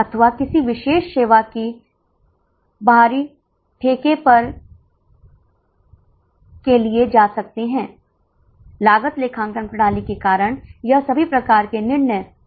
तो 80 छात्रों के लिए कुल एसवीसी 11512 आती है जो 2 बसों के लिए है और कुल निश्चित लागत 12000 है जो वैसे भी तय है